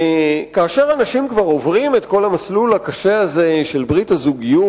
כאשר אנשים כבר עוברים את כל המסלול הקשה הזה של ברית הזוגיות,